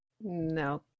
No